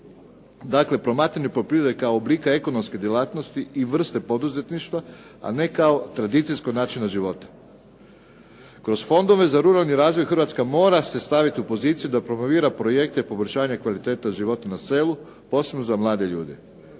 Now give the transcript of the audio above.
dakle promatranje poljoprivrede kao oblika ekonomske djelatnosti i vrste poduzetništva a ne kao tradicijskog načina života. Kroz fondove za ruralni razvoj Hrvatska mora se staviti u poziciju da promovira projekte poboljšanje kvaliteta života na selu posebno za mlade ljude,